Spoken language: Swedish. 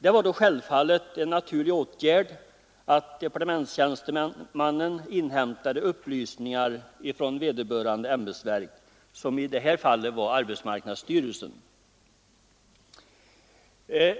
Det var då självfallet en naturlig åtgärd att departementstjänstemannen inhämtade upplysningar från vederbörande ämbetsverk, som i det här fallet var arbetsmarknadsstyrelsen.